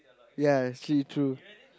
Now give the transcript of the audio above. ya actually true